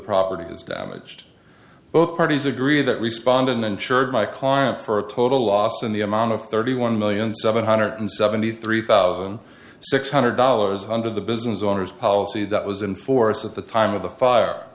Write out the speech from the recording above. property is damaged both parties agree that responded insured my client for a total loss in the amount of thirty one million seven hundred seventy three thousand six hundred dollars under the business owners policy that was in force at the time of the fire